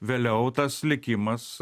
vėliau tas likimas